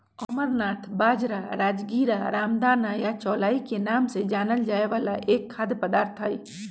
amaranth बाजरा, राजगीरा, रामदाना या चौलाई के नाम से जानल जाय वाला एक खाद्य पदार्थ हई